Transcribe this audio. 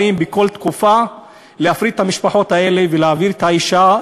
באים בכל תקופה להפריד את המשפחות האלה ולהעביר את האישה,